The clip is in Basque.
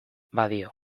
badio